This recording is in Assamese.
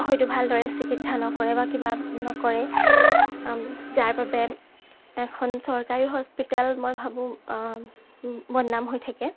হয়তো ভালদৰে চিকিৎসা নকৰে বা কিবা নকৰে যাৰ বাবে এখন চৰকাৰী হস্পিতাল মই ভাবোঁ বদনাম হৈ থাকে